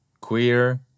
queer